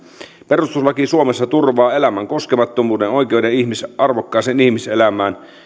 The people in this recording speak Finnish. perustuslaki suomessa turvaa elämän koskemattomuuden oikeuden arvokkaaseen ihmiselämään